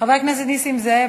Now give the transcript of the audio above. חבר הכנסת נסים זאב,